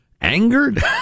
angered